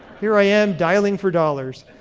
here i am dialing for dollars.